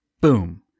Boom